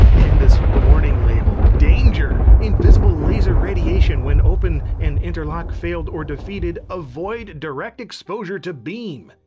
and this warning label, danger! invisible laser radiation when open and inter lock failed or defeated. avoid direct exposure to beam.